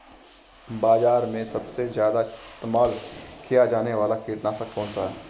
बाज़ार में सबसे ज़्यादा इस्तेमाल किया जाने वाला कीटनाशक कौनसा है?